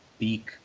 peak